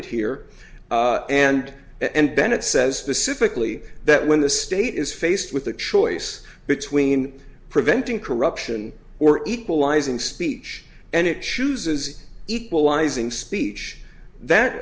it here and and bennett says pacifically that when the state is faced with a choice between preventing corruption or equalizing speech and it chooses equalizing speech